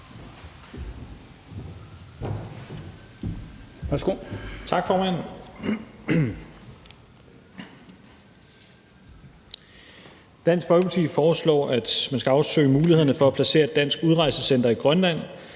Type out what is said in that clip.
Dansk Folkeparti foreslår, at man skal afsøge mulighederne for at placere et dansk udrejsecenter i Grønland,